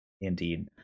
indeed